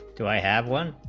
to i have one